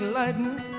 lightning